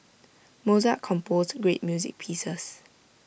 Mozart composed great music pieces